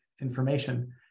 information